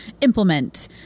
implement